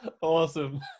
awesome